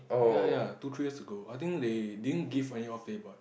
ya ya two three years ago I think they didn't gave any off day but